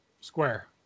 square